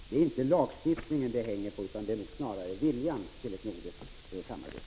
Det är således inte lagstiftning det hänger på utan det är snarare viljan att åstadkomma ett nordiskt samarbete.